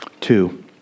Two